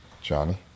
Johnny